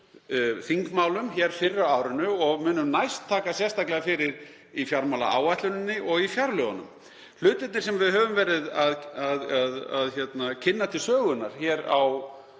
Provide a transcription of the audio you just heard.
þingmálum fyrr á árinu og munum næst taka sérstaklega fyrir í fjármálaáætluninni og í fjárlagafrumvarpinu. Hlutirnir sem við höfum verið að kynna til sögunnar á